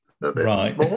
Right